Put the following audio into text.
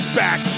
back